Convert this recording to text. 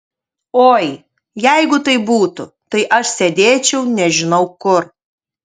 oi jeigu taip būtų tai aš sėdėčiau nežinau kur